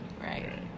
right